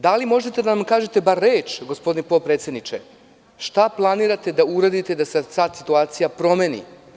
Da li možete da nam kažete bar reč, gospodine potpredsedniče, šta planirate da uradite da se sad situacija promeni?